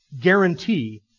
guarantee